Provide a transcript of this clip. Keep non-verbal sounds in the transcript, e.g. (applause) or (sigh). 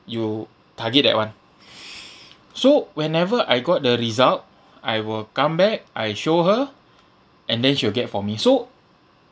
you target that [one] (breath) so whenever I got the result I will come back I show her and then she will get for me so